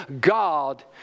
God